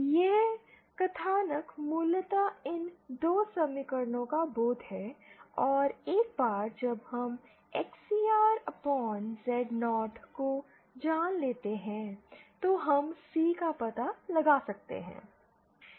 यह कथानक मूलतः इन 2 समीकरणों का बोध है और एक बार जब हम XCR Z0 को जान लेते हैं तो हम C का पता लगा सकते हैं